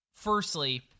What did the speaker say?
Firstly